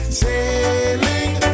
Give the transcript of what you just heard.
sailing